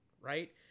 right